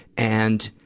and,